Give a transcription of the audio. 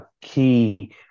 key